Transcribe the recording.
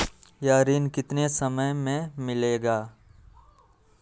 यह ऋण कितने समय मे मिलेगा?